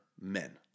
men